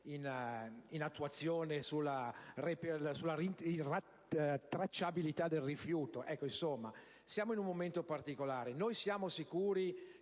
in attuazione sulla tracciabilità del rifiuto. Stiamo vivendo dunque un momento particolare, e siamo sicuri